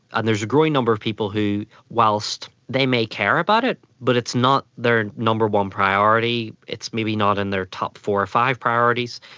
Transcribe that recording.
and there's a growing number of people who, whilst they may care about it but it's not their number one priority, it's maybe not in their top four or five priorities,